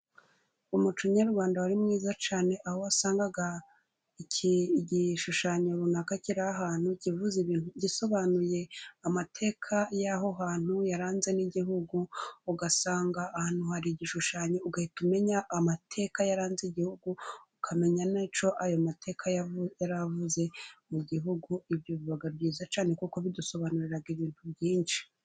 Umuco nyarwanda wari mwiza cyane, aho wasangaga igishushanyo runaka kiri ahantu, gisobanuye amateka y'aho hantu yaranze n'igihugu, ugasanga ahantu hari igishushanyo ugahita umenya amateka yaranze igihugu, ukamenya n'icyo ayo mateka yaravuze mu gihugu, ibyo biba byiza cyane kuko bidusobanurira ibintu byinshi.